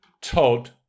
Todd